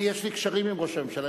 אני, יש לי קשרים עם ראש הממשלה.